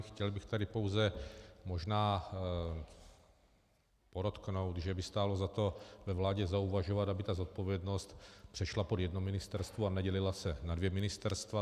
Chtěl bych tady pouze možná podotknout, že by stálo za to ve vládě zauvažovat, aby ta zodpovědnost přešla pod jedno ministerstvo a nedělila se na dvě ministerstva.